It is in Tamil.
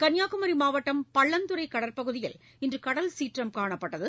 கன்னியாகுமரி மாவட்டம் பள்ளந்துறை கடற்பகுதியில் இன்று கடல்சீற்றம் காணப்பட்டது